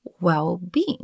well-being